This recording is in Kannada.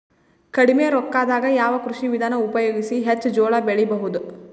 ಕಡಿಮಿ ರೊಕ್ಕದಾಗ ಯಾವ ಕೃಷಿ ವಿಧಾನ ಉಪಯೋಗಿಸಿ ಹೆಚ್ಚ ಜೋಳ ಬೆಳಿ ಬಹುದ?